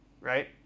right